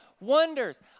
wonders